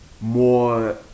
more